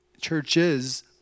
churches